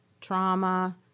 trauma